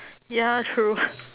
ya true